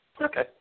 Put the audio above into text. Okay